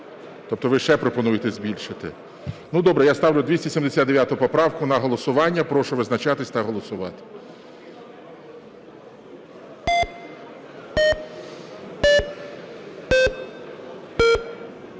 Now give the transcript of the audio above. Тобто ви ще пропонуєте збільшити. Добре, я ставлю 279 поправку на голосування. Прошу визначатись та голосувати.